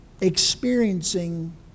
experiencing